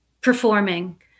performing